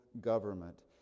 government